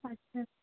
আচ্ছা